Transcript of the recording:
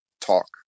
talk